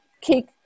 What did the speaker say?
kick